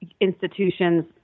institutions